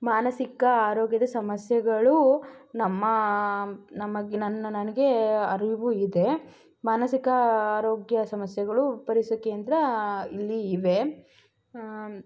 ಮಾನಸಿಕ ಆರೋಗ್ಯದ ಸಮಸ್ಯೆಗಳೂ ನಮ್ಮ ನಮಗೆ ನನ್ನ ನನಗೆ ಅರಿವು ಇದೆ ಮಾನಸಿಕ ಆರೋಗ್ಯ ಸಮಸ್ಯೆಗಳು ಪರೀಕ್ಷ ಕೇಂದ್ರ ಇಲ್ಲಿ ಇವೆ